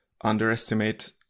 underestimate